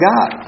God